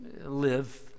live